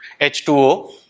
H2O